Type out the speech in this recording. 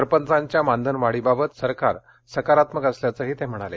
सरपंचांच्या मानधन वाढीबाबत सरकार सकारात्मक असल्याचंही ते म्हणाले